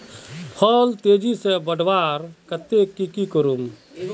फल तेजी से बढ़वार केते की की करूम?